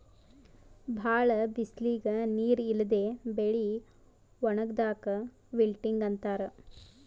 ಭಾಳ್ ಬಿಸಲಿಗ್ ನೀರ್ ಇಲ್ಲದೆ ಬೆಳಿ ಒಣಗದಾಕ್ ವಿಲ್ಟಿಂಗ್ ಅಂತಾರ್